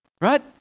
Right